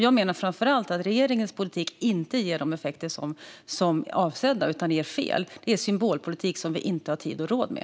Jag menar framför allt att regeringens politik inte ger de effekter som är avsedda utan ger fel effekter. Det är symbolpolitik som vi inte har tid och råd med.